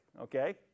okay